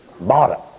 Bottom